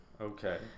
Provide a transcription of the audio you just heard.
Okay